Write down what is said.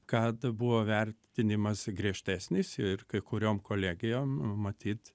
kad buvo vertinimas griežtesnis ir kai kuriom kolegijom matyt